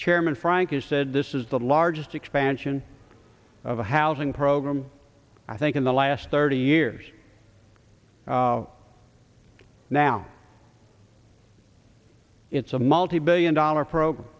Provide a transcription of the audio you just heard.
chairman frank you said this is the largest expansion of a housing program i think in the last thirty years now it's a multi billion dollar pro